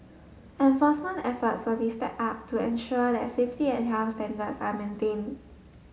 enforcement efforts will be stepped up to ensure that safety and health standards are maintained